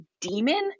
demon